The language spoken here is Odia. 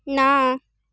ନା